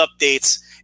updates